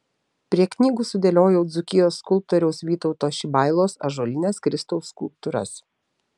prie knygų sudėliojau dzūkijos skulptoriaus vytauto šibailos ąžuolines kristaus skulptūras